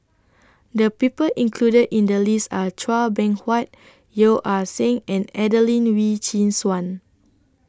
The People included in The list Are Chua Beng Huat Yeo Ah Seng and Adelene Wee Chin Suan